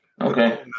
Okay